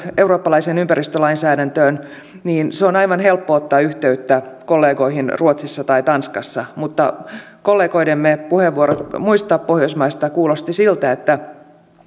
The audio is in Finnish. eurooppalaiseen ympäristölainsäädäntöön niin on aivan helppoa ottaa yhteyttä kollegoihin ruotsissa tai tanskassa mutta kollegoidemme puheenvuorot muista pohjoismaista kuulostivat siltä että